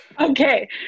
okay